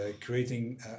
creating